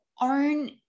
own